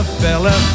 fella